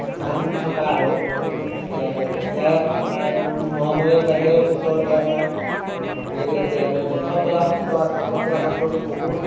নাম থকা আৰু ইয়াৰ ইয়াৰ আমাৰ মোৱামৰীয়াৰ বাহিৰেও ওচৰতে আমাৰ হেৰি আছে ধৰি লওঁক খতৰা সত্ৰ আছে খতৰা সত্ৰটো বহুত